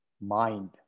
mind